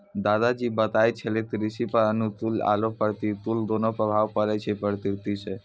दादा जी बताय छेलै कृषि पर अनुकूल आरो प्रतिकूल दोनों प्रभाव पड़ै छै प्रकृति सॅ